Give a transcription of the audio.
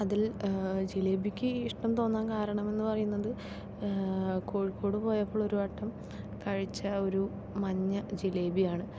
അതിൽ ജിലേബിക്ക് ഇഷ്ടം തോന്നാൻ കാരണം എന്ന് പറയുന്നത് കോഴിക്കോട് പോയപ്പോൾ ഒരുവട്ടം കഴിച്ച ഒരു മഞ്ഞ ജിലേബിയാണ്